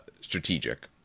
strategic